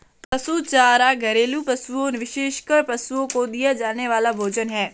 पशु चारा घरेलू पशुओं, विशेषकर पशुओं को दिया जाने वाला भोजन है